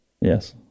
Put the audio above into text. Yes